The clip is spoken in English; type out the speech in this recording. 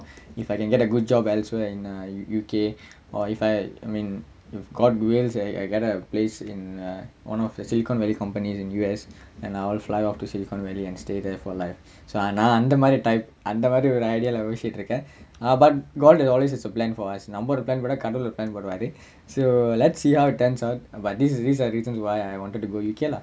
if I can get a good job elsewhere in uh U_K or if I mean if god wills and I have a place in one of the silicon valley companies in U_S and I'll fly off to silicon valley and stay there for life so நா அந்த மாறி:naa antha maari type அந்த மாறி ஒரு:antha maari oru idea leh யோசிச்சிட்டு இருக்கேன்:yosichittu irukkaen but god always has a plan for us நம்ம ஒரு:namma oru plan போட்டா கடவுள் ஒரு:pottaa kadavul oru plan போடுவாரு:poduvaaru so let's see how it turns out but this is the reason why I wanted to go to the U_K lah